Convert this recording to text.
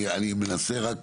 אני מנסה רק